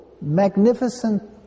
magnificent